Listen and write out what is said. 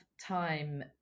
time